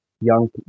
young